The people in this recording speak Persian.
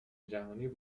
جهانیو